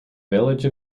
village